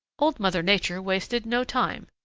old mother nature wasted no time.